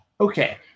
Okay